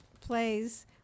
plays